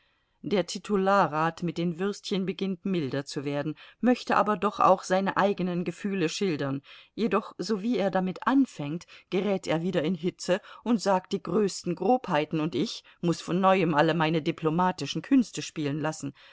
der titularrat mit den würstchen beginnt milder zu werden möchte aber doch auch seine eigenen gefühle schildern jedoch sowie er damit anfängt gerät er wieder in hitze und sagt die größten grobheiten und ich muß von neuem alle meine diplomatischen künste spielen lassen